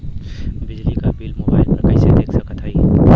बिजली क bill mobile पर कईसे देख सकत हई?